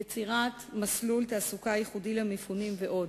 יצירת מסלול תעסוקה ייחודי למפונים, ועוד.